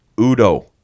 Udo